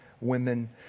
women